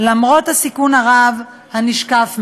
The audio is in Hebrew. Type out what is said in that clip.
למרות הסיכון הרב הנשקף מהם.